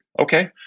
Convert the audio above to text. Okay